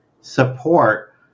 support